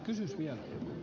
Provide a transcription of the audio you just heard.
tehnyt